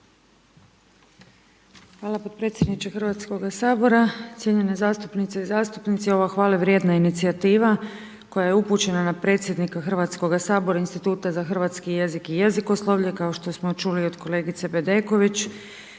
Hvala podpredsjedniče Hrvatskoga sabora, cjenjene zastupnice i zastupnici ova hvale vrijedna inicijativa koja je upućena na predsjednika Hrvatskoga sabora Instituta za hrvatski jezik i jezikoslovlje kao što smo čuli od kolegice Bedeković,